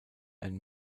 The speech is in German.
ein